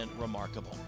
remarkable